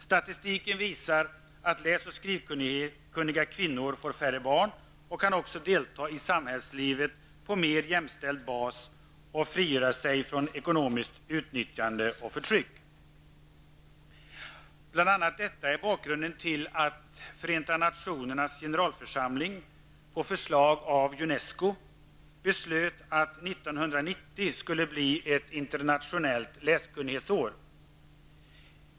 Statistiken visar att läs och skrivkunniga kvinnor får färre barn och kan delta i samhällslivet på mera jämställd bas och frigöra sig från ekonomiskt utnyttjande och förtryck. Detta är bl.a. bakgrunden till att Förenta nationernas generalförsamling, på förslag av Unesco, beslöt att 1990 skulle bli ett internationellt läskunnighetsår.